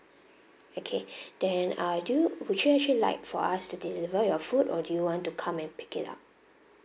okay then ah do would you actually like for us to deliver your food or do you want to come and pick it up